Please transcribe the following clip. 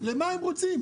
לגבי מה הם רוצים,